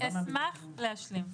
אני אשמח להשלים.